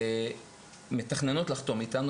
הן מתכננות לחתום איתנו.